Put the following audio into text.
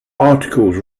articles